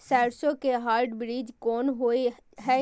सरसो के हाइब्रिड बीज कोन होय है?